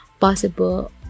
possible